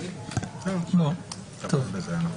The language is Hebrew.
משפט ו --- בסדר גמור, הכל בסדר.